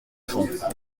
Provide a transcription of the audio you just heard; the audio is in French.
fond